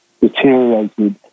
deteriorated